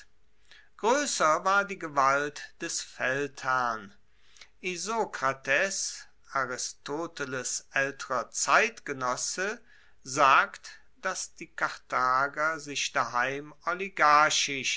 groesser war die gewalt des feldherrn isokrates aristoteles aelterer zeitgenosse sagt dass die karthager sich daheim